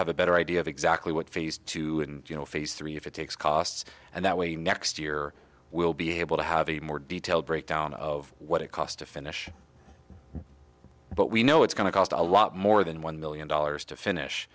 have a better idea of exactly what phase two and you know phase three if it takes costs and that way next year we'll be able to have a more detailed breakdown of what it cost to finish but we know it's going to cost a lot more than one million dollars to finish